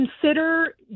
consider